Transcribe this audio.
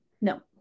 no